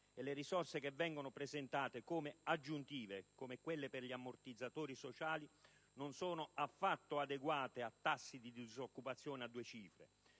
e le risorse che vengono presentate come aggiuntive, come quelle per gli ammortizzatori sociali, non sono affatto adeguate a tassi di disoccupazione a due cifre.